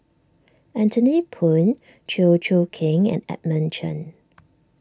Anthony Poon Chew Choo Keng and Edmund Chen